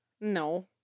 No